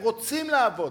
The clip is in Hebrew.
הם רוצים לעבוד.